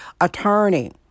attorney